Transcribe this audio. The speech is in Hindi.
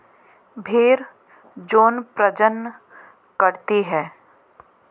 भेड़ यौन प्रजनन करती है